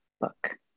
book